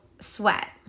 sweat